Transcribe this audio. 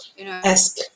Ask